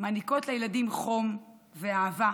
הן מעניקות לילדים חום ואהבה,